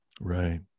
Right